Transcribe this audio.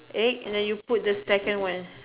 egg and then you put the second one